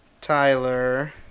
Tyler